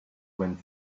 wind